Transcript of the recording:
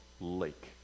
lake